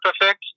perfect